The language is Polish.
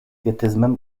pietyzmem